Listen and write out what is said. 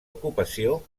ocupació